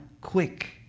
quick